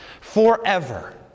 forever